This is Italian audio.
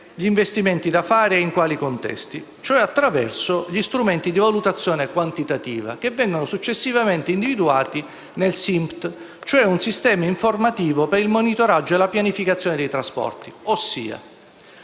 gli investimenti da fare e in quali contesti, cioè attraverso gli strumenti di valutazione quantitativa, che vengono successivamente individuati nel SIMPT (il Sistema informativo per il monitoraggio e la pianificazione dei trasporti). Ci